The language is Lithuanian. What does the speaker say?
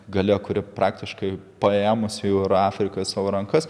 galia kuri praktiškai paėmusi jau ir afriką į savo rankas